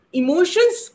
emotions